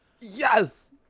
Yes